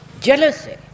jealousy